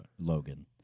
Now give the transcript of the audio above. Logan